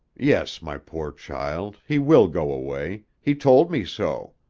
yes, my poor child. he will go away. he told me so.